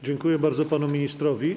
Dziękuję bardzo panu ministrowi.